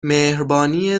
مهربانی